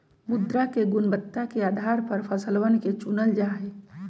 मृदा के गुणवत्ता के आधार पर फसलवन के चूनल जा जाहई